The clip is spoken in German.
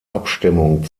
abstimmung